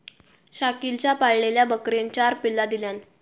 शकिलच्या पाळलेल्या बकरेन चार पिल्ला दिल्यान